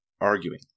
arguing